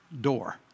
door